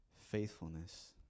faithfulness